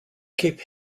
cape